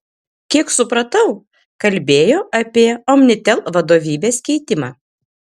kiek supratau kalbėjo apie omnitel vadovybės keitimą